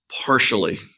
Partially